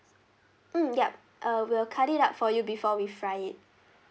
mm yup uh we will cut it out for you before we fry it